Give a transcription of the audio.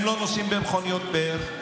הם לא נוסעים במכוניות פאר.